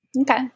Okay